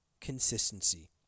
consistency